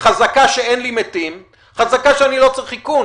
חזקה שאין לי מתים, חזקה שאני לא צריך איכון